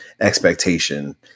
expectation